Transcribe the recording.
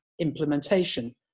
implementation